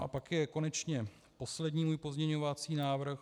A pak je konečně poslední můj pozměňovací návrh.